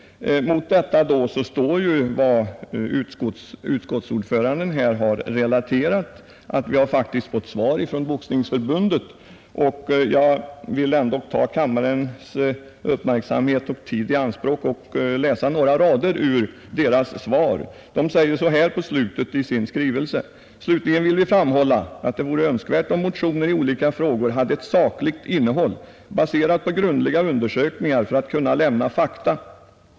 Mot detta står vad utskottets ordförande relaterat, nämligen att vi faktiskt fått svar från Boxningsförbundet. Jag vill ändå ta kammarens uppmärksamhet och tid i anspråk för att läsa några rader ur detta svar. Så här säger förbundet mot slutet i sin skrivelse: ”Slutligen vill vi framhålla att det vore önskvärt om motioner i olika frågor hade ett sakligt innehåll baserat på grundliga undersökningar för att kunna lämna fakta.